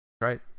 Right